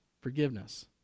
forgiveness